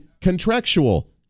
contractual